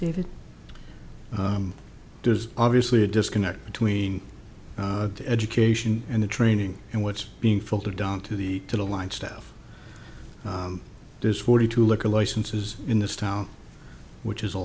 there's obviously a disconnect between the education and the training and what's being filtered down to the to the line staff does forty two liquor licenses in this town which is a